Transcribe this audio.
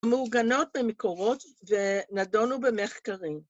‫מוגנות במקורות ונדונו במחקרים.